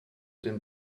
den